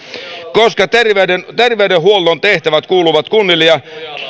terveydenhuollon tehtävät kuuluvat kunnille ja